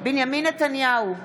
בנימין נתניהו,